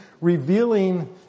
revealing